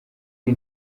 iyi